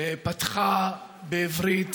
פתחה בעברית